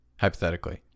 hypothetically